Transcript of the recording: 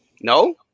No